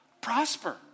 prosper